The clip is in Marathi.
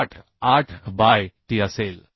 88 बाय t असेल